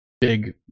big